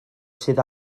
sydd